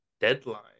Deadline